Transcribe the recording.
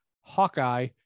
Hawkeye